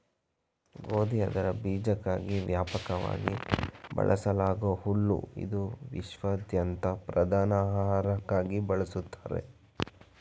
ಗೋಧಿ ಅದರ ಬೀಜಕ್ಕಾಗಿ ವ್ಯಾಪಕವಾಗಿ ಬೆಳೆಸಲಾಗೂ ಹುಲ್ಲು ಇದು ವಿಶ್ವಾದ್ಯಂತ ಪ್ರಧಾನ ಆಹಾರಕ್ಕಾಗಿ ಬಳಸ್ತಾರೆ